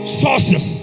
sources